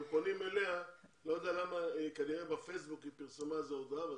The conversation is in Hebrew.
הם פונים אליה כי כנראה בפייסבוק היא פרסמה איזו הודעה.